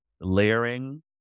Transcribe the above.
layering